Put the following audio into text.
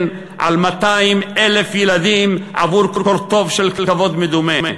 על 200,000 ילדים עבור קורטוב של כבוד מדומה?